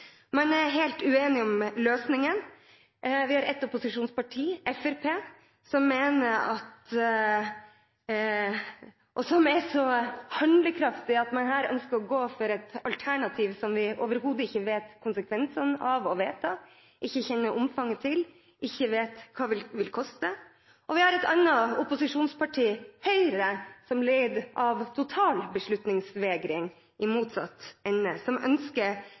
Man er helt uenig om løsningen. Vi har et opposisjonsparti, Fremskrittspartiet, som er så handlekraftig at man her ønsker å gå for et alternativ som vi overhodet ikke vet konsekvensene av å vedta, ikke kjenner omfanget til og ikke vet hva vil koste, og vi har et annet opposisjonsparti, Høyre, som lider av total beslutningsvegring i motsatt